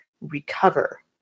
recover